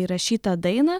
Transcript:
įrašytą dainą